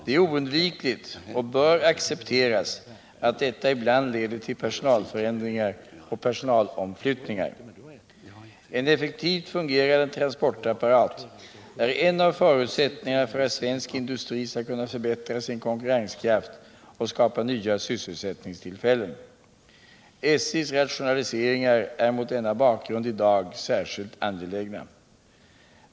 Det är oundvikligt och bör accepteras att detta ibland leder till personalförändringar och personalomflyttningar. En effektivt fungerande transportapparat är en av förutsättningarna för att svensk industri skall kunna förbättra sin konkurrenskraft och skapa nya sysselsättningstillfällen, SJ:s rationaliseringar är mot denna bakgrund i dag särskilt angelägna.